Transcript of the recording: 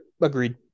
Agreed